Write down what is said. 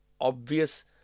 obvious